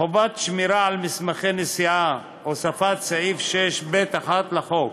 חובת שמירה של מסמכי נסיעה, הוספת סעיף 6ב1 לחוק: